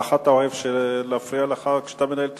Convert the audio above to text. ככה אתה אוהב שיפריעו לך כשאתה מנהל ישיבה?